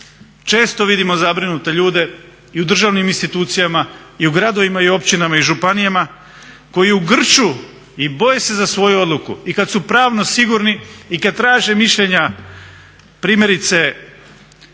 Često vidimo zabrinute ljude i u državnim institucijama i u gradovima i općinama i županijama koji su u grču i boje se za svoju odluku. I kad su pravno sigurni i kad traže mišljenja primjerice